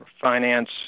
finance